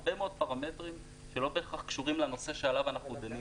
הרבה מאוד פרמטרים שלא בהכרח קשורים לנושא שעליו אנחנו מדברים